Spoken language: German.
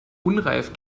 unreif